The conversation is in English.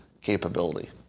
capability